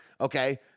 Okay